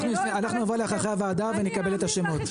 אנחנו נבוא אליך אחרי הוועדה ונקבל את השמות.